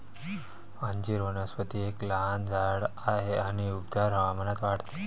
अंजीर वनस्पती एक लहान झाड आहे आणि उबदार हवामानात वाढते